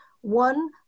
one